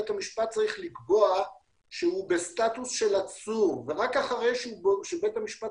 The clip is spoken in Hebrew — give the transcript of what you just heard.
צריך לקבוע שהוא בסטטוס של עצור ורק אחרי שבית המשפט